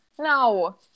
No